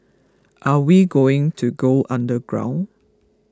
are we going to go underground